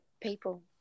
people